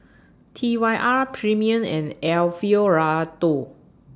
T Y R Premier and Alfio Raldo